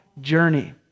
journey